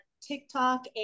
TikTok